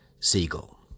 Siegel